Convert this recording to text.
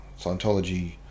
Scientology